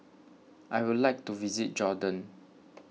I would like to visit Jordan